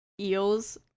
eels